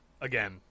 again